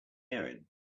erin